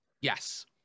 Yes